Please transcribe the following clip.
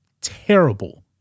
terrible